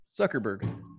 Zuckerberg